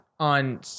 on